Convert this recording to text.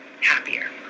happier